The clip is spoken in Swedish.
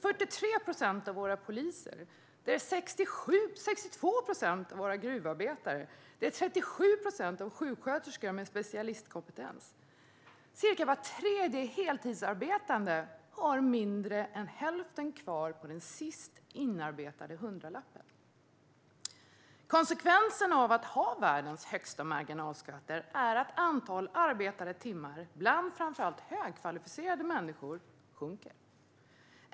43 procent av våra poliser, 62 procent av våra gruvarbetare, 37 procent av sjuksköterskor med specialkompetens, cirka var tredje heltidsarbetande har mindre än hälften kvar av den sist inarbetade hundralappen. Konsekvenserna av att ha världens högsta marginalskatter är att antalet arbetade timmar bland framför allt högkvalificerade människor sjunker.